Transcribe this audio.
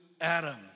Adam